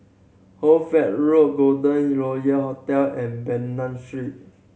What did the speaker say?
Hoy Fatt Road Golden Royal Hotel and Bernam Street